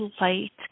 light